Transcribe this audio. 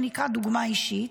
שנקרא דוגמה אישית,